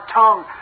tongue